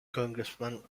congressman